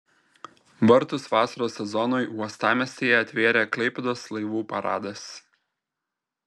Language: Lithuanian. vartus vasaros sezonui uostamiestyje atvėrė klaipėdos laivų paradas